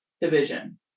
division